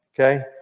Okay